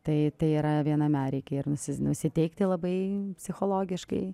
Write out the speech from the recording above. tai tai yra viename reikia ir nusi nusiteikti labai psichologiškai